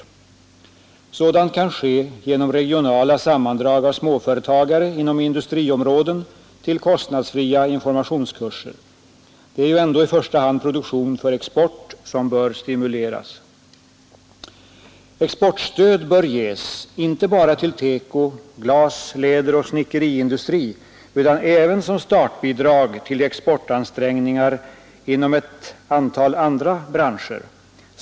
Sådant kan ske genom regionala sammandrag av småföretagare inom industriområden till kostnadsfria informationskurser. Det är ju ändå i första hand produktion för export som bör stimuleras. Exportstöd bör ges inte bara till teko-, glas-, läderoch snickeriindustri utan även som startbidrag till exportansträngningar inom ett antal andra branscher.